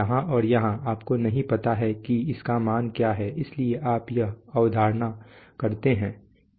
यहां और यहां आपको नहीं पता है कि इसका मान क्या है इसलिए आप यह अवधारणा करते हैं